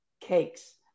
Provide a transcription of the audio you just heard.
Cakes